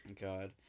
God